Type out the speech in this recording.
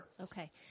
Okay